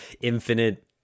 infinite